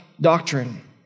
doctrine